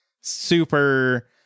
super